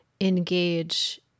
engage